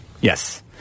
Yes